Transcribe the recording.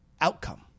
outcome